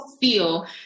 feel